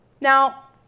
Now